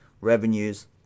Revenues